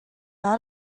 out